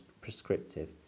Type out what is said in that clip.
prescriptive